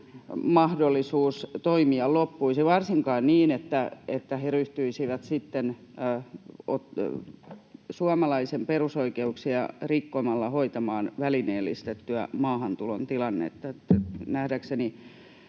Kari: Ei pitäisi!] varsinkaan niin, että he ryhtyisivät sitten suomalaisen perusoikeuksia rikkomalla hoitamaan välineellistetyn maahantulon tilannetta.